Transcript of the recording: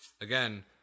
Again